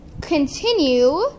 Continue